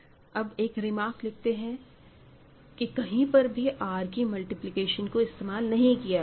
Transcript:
अब एक रिमार्क लिखते हैं कि कहीं पर भी R की मल्टीप्लिकेशन को इस्तेमाल नहीं किया गया है